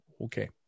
Okay